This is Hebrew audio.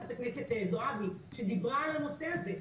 חברת הכנסת זועבי שדיברה על הנושא הזה,